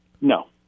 No